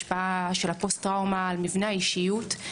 השפעה של הפוסט טראומה על מבנה האישיות.